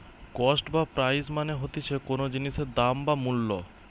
cost বা price মানে হতিছে কোনো জিনিসের দাম বা মূল্য